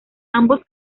ambos